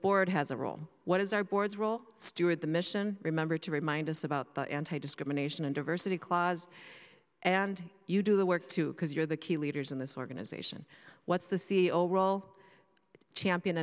board has a role what is our board's role steward the mission remember to remind us about the anti discrimination and diversity clause and you do the work too because you're the key leaders in this organization what's the c e o role champion